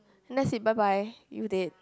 then that's it bye bye you dead